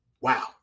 Wow